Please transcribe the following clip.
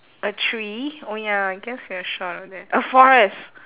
a tree oh ya I guess we are short of that a forest